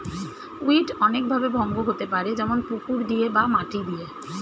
weed অনেক ভাবে ভঙ্গ হতে পারে যেমন পুকুর দিয়ে বা মাটি দিয়ে